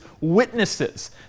witnesses